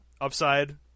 Upside